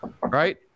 right